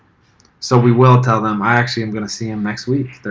so we will tell them. i actually am gonna see him next week.